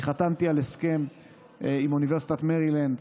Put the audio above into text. אני חתמתי על הסכם עם אוניברסיטת מרילנד,